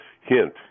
hint